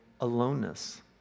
aloneness